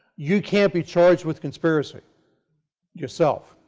you can't be charged with conspiracy yourself.